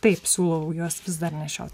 taip siūlau juos vis dar nešiot